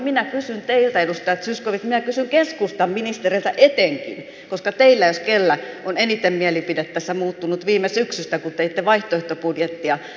minä kysyn teiltä edustaja zyskowicz minä kysyn keskustan ministereiltä etenkin koska teillä jos kellä on eniten mielipide tässä muuttunut viime syksystä kun teitte vaihtoehtobudjettia